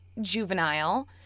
juvenile